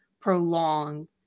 prolong